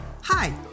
Hi